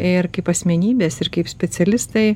ir kaip asmenybės ir kaip specialistai